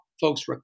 folks